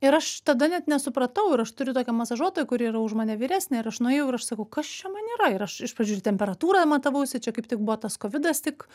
ir aš tada net nesupratau ir aš turiu tokią masažuotoją kuri yra už mane vyresnė ir aš nuėjau ir aš sakau kas čia man yra ir aš iš pradžių ir temperatūrą matavausi čia kaip tik buvo tas kovidas tik